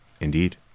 Indeed